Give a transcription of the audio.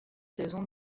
saison